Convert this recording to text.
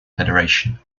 federation